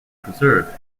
preserved